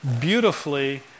beautifully